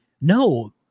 no